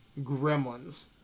gremlins